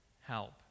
help